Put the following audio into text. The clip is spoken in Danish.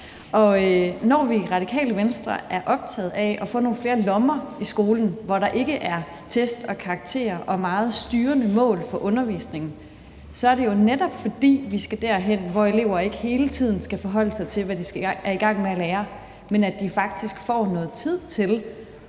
når vi i Radikale Venstre er optaget af at få nogle flere lommer i skolen, hvor der ikke er test og karakterer og meget styrende mål for undervisningen, så er det jo netop, fordi vi skal derhen, hvor elever ikke hele tiden skal forholde sig til, hvad de er i gang med at lære, men at de faktisk får noget tid til